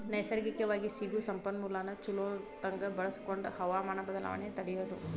ನೈಸರ್ಗಿಕವಾಗಿ ಸಿಗು ಸಂಪನ್ಮೂಲಾನ ಚುಲೊತಂಗ ಬಳಸಕೊಂಡ ಹವಮಾನ ಬದಲಾವಣೆ ತಡಿಯುದು